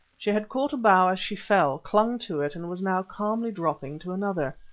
she had caught a bough as she fell, clung to it, and was now calmly dropping to another.